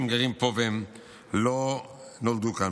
גרים פה ולא נולדו כאן,